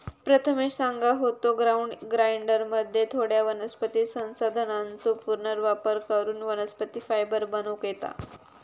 प्रथमेश सांगा होतो, ग्राउंड ग्राइंडरमध्ये थोड्या वनस्पती संसाधनांचो पुनर्वापर करून वनस्पती फायबर बनवूक येता